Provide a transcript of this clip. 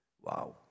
Wow